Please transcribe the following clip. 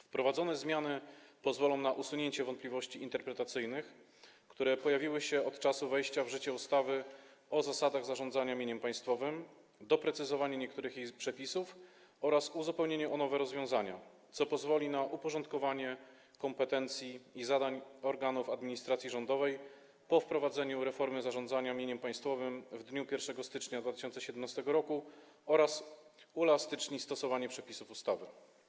Wprowadzone zmiany pozwolą na usunięcie wątpliwości interpretacyjnych, które pojawiły się od czasu wejścia w życie ustawy o zasadach zarządzania mieniem państwowym, doprecyzowanie niektórych jej przepisów oraz uzupełnienie o nowe rozwiązania, co pozwoli na uporządkowanie kompetencji i zadań organów administracji rządowej po wprowadzeniu reformy zarządzania mieniem państwowym w dniu 1 stycznia 2017 r. oraz uelastyczni stosowanie przepisów ustawy.